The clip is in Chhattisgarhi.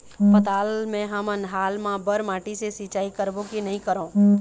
पताल मे हमन हाल मा बर माटी से सिचाई करबो की नई करों?